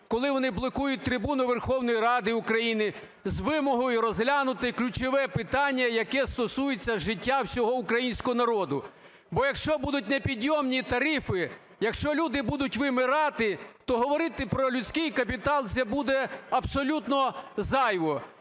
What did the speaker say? коли вони блокують трибуну Верховної Ради України з вимогою розглянути ключове питання, яке стосується життя всього українського народу, бо якщо будуть непідйомні тарифи, якщо люди будуть вимирати, то говорити про людський капітал, це буде абсолютно зайво.